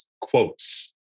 quotes